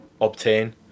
obtain